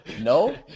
No